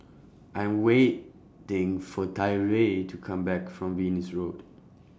I'm waiting For Tyree to Come Back from Venus Road